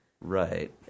Right